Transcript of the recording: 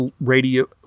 Radio